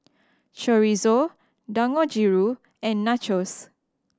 Chorizo Dangojiru and Nachos